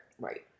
right